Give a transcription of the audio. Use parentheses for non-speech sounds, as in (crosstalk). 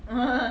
(laughs)